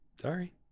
sorry